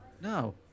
No